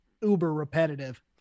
uber-repetitive